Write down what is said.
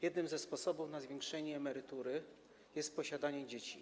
Jednym ze sposobów na zwiększenie emerytury jest posiadanie dzieci.